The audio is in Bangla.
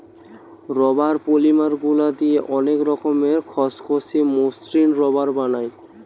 রাবার পলিমার গুলা দিয়ে অনেক রকমের খসখসে, মসৃণ রাবার বানায়